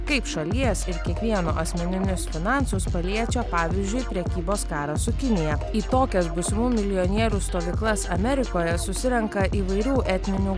kaip šalies ir kiekvieno asmeninius finansus paliečia pavyzdžiui prekybos karas su kinija į tokias būsimų milijonierių stovyklas amerikoje susirenka įvairių etninių